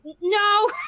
no